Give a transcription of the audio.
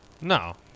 No